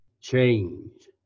change